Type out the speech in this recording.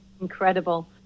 incredible